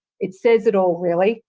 it says it all, really.